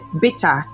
bitter